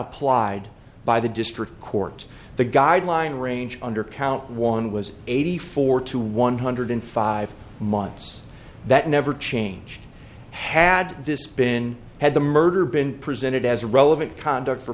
applied by the district court the guideline range under count one was eighty four to one hundred five months that never changed had this been had the murder been presented as a relevant conduct for